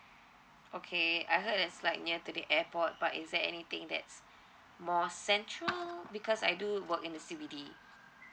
okay I heard as like near to the airport but is there anything that's more central because I do work in the C_B_D